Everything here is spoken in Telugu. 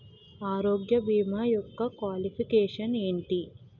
ఆరోగ్య భీమా యెక్క క్వాలిఫికేషన్ ఎంటి?